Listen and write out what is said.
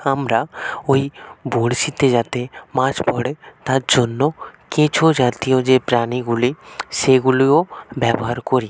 আমরা ওই বরশিতে যাতে মাছ পড়ে তার জন্য কেঁচো জাতীয় যে প্রাণীগুলি সেগুলিও ব্যবহার করি